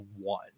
one